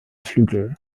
flügel